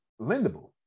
lendable